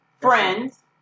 Friends